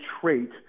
trait